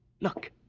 Look